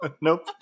nope